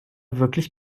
wirklich